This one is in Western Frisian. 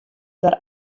der